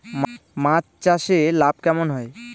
মাছ চাষে লাভ কেমন হয়?